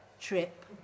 trip